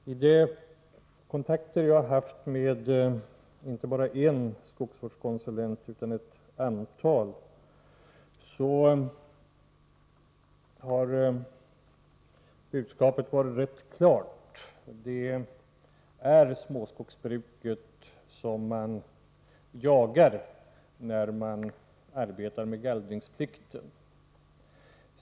Herr talman! Vid de kontakter jag har haft med inte bara en skogsvårdskonsulent utan ett antal har budskapet varit rätt klart: det är småskogsbrukets utövare som man jagar när man arbetar med gallringsplikten.